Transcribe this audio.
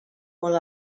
molt